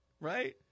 right